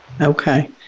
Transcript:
Okay